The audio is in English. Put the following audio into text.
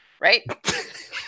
right